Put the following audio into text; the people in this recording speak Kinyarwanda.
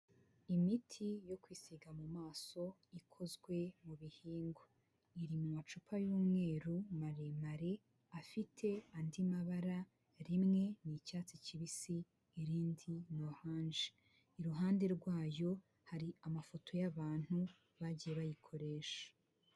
Imiti yo kwisiga mu maso ikozwe mu bihingwa, iri mu macupa y'umweru maremare afite andi mabara rimwe ni icyatsi kibisi, irindi ni oranje, iruhande rwayo hari amafoto y'abantu bagiye bayikoresha.